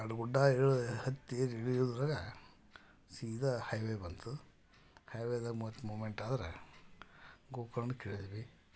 ಎರಡು ಗುಡ್ಡ ಇಳಿದು ಹತ್ತಿ ಏರಿ ಇಳಿಯೋದ್ರೊಳಗೆ ಸೀದಾ ಹೈವೇ ಬಂತು ಹೈವೇದಾಗ ಮತ್ತು ಮೂಮೆಂಟ್ ಆದರೆ ಗೋಕರ್ಣಕ್ಕೆ ಇಳಿದ್ವಿ